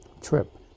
Trip